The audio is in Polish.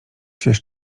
czyż